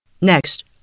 Next